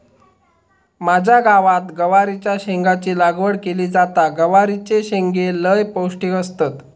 माझ्या गावात गवारीच्या शेंगाची लागवड केली जाता, गवारीचे शेंगो लय पौष्टिक असतत